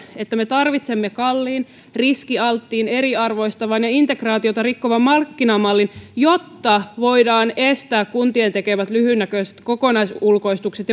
että me tarvitsemme kalliin riskialttiin eriarvoistavan ja integraatiota rikkovan markkinamallin jotta voidaan estää kuntien tekemät lyhytnäköiset kokonaisulkoistukset